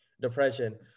depression